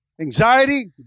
Anxiety